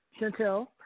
Chantel